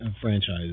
franchises